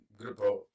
Grupo